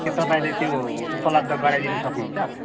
के तपाईँले त्यो उपलब्ध गराइदिनु सक्नुहुन्छ